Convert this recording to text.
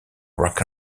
rock